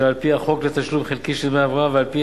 שעל-פי החוק לתשלום חלקי של דמי הבראה ועל-פי